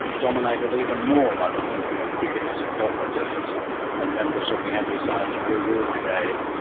dominated even more by the thinking of bigots, dogmatists and members of the anti-science woo-woo brigade,